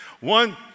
One